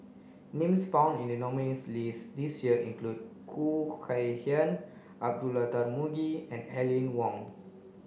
names found in the nominees' list this year include Khoo Kay Hian Abdullah Tarmugi and Aline Wong